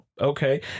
okay